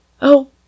Oh